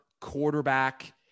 quarterback